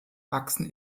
wachsen